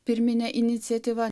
pirminė iniciatyva